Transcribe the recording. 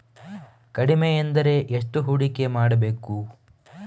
ಕಡಿಮೆ ಎಂದರೆ ಎಷ್ಟು ಹೂಡಿಕೆ ಮಾಡಬೇಕು?